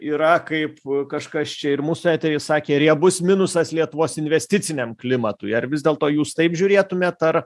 yra kaip kažkas čia ir mūsų etery sakė riebus minusas lietuvos investiciniam klimatui ar vis dėlto jūs taip žiūrėtumėt ar